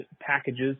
packages